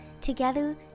Together